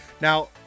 Now